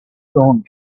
gone